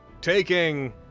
taking